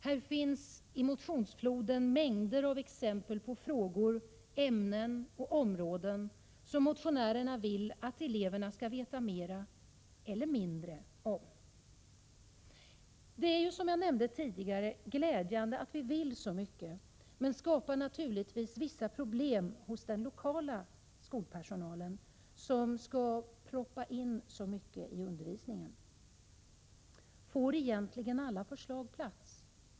Här finns —i motionsfloden — mängder av exempel på frågor, ämnen och områden som motionärerna vill att eleverna skall veta mera eller mindre om. Det är, som jag nämnde tidigare, glädjande att vi vill så mycket, men det skapar naturligtvis vissa problem hos den lokala skolpersonalen, som skall ”proppa in” så mycket i undervisningen. Får egentligen alla förslag plats?